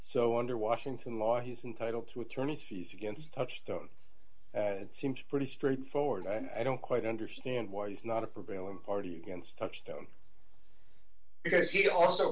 so under washington law he's entitled to attorney's fees against touchstone and it seems pretty straightforward and i don't quite understand why he's not a prevailing party against touchstone because he also